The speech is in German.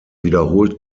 wiederholt